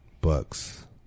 bucks